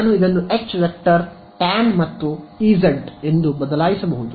ನಾನು ಇದನ್ನು ⃗H tan ಮತ್ತು ಇಜ್ ಎಂದು ಬದಲಾಯಿಸಬಹುದು